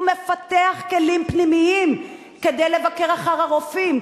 הוא מפתח כלים פנימיים כדי לבקר אחר הרופאים.